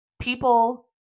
people